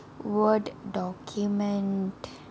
Word document